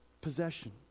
possession